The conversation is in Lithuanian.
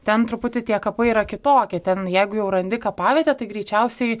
ten truputį tie kapai yra kitokie ten jeigu jau randi kapavietę tai greičiausiai